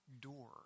door